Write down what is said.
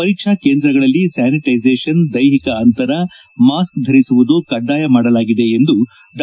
ಪರೀಕ್ಷಾ ಕೇಂದ್ರಗಳಲ್ಲಿ ಸ್ಥಾನಿಟ್ಟೆಸೇಷನ್ ದೈಹಿಕ ಅಂತರ ಮಾಸ್ಕ್ ಧರಿಸುವುದು ಕಡ್ನಾಯ ಮಾಡಲಾಗಿದೆ ಎಂದು ಡಾ